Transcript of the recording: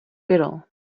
fiddle